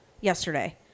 yesterday